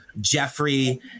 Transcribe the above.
Jeffrey